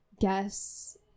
guess